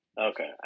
Okay